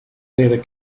leren